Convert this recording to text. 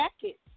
jackets